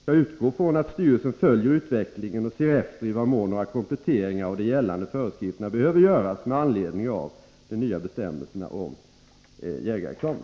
Jag utgår från att styrelsen följer utvecklingen och ser efter i vad mån några kompletteringar av de gällande föreskrifterna behöver göras med anledning av de nya bestämmelserna om jägarexamen.